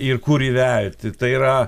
ir kur įvelti tai yra